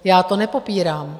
Já to nepopírám.